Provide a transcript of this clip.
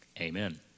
Amen